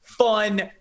fun